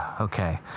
okay